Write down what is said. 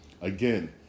again